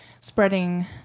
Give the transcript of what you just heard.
spreading